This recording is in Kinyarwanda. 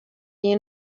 iyi